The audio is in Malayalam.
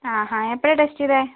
ആ ഹായ് എപ്പോഴാണ് ടെസ്റ്റ് ചെയ്തത്